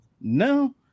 no